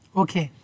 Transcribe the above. okay